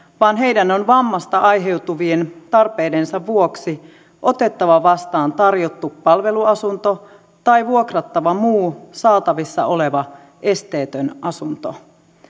vaan heidän on vammasta aiheutuvien tarpeidensa vuoksi otettava vastaan tarjottu palveluasunto tai vuokrattava muu saatavissa oleva esteetön asunto